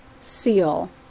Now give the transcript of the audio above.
seal